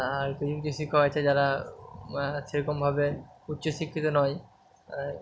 আর কিছু কিছু শিক্ষক আছে যারা সেরকমভাবে উচ্চ শিক্ষিত নয় আর